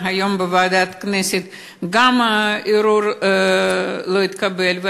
וגם הערעור לא התקבל היום בוועדת הכנסת,